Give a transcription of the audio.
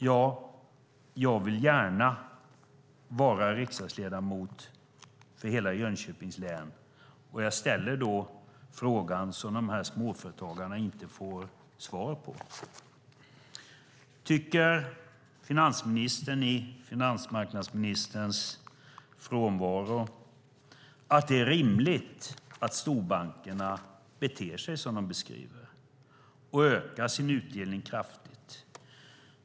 Ja, jag vill gärna vara riksdagsledamot för hela Jönköpings län, och jag ställer därför de frågor som dessa småföretagare inte får svar på: Tycker finansministern i finansmarknadsministerns frånvaro att det är rimligt att storbankerna beter sig på det sätt som brevskrivarna beskriver och ökar sin utdelning kraftigt?